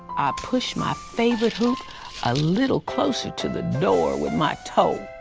push my favorite hoop a little closer to the door with my toe.